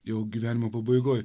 jau gyvenimo pabaigoj